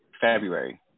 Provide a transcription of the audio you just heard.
february